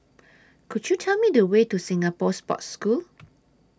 Could YOU Tell Me The Way to Singapore Sports School